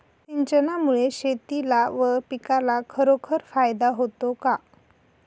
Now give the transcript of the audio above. सिंचनामुळे शेतीला व पिकाला खरोखर फायदा होतो का?